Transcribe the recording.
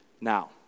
now